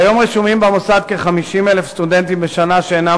כיום רשומים במוסד כ-50,000 סטודנטים בשנה שאינם